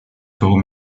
told